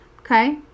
Okay